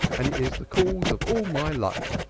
and it is the cause of all my luck.